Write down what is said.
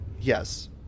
Yes